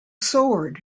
sword